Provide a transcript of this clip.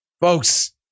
Folks